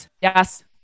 yes